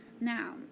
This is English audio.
Now